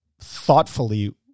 thoughtfully